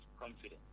confidence